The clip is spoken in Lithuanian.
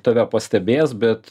tave pastebės bet